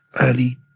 early